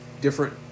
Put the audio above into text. different